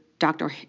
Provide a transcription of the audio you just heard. Dr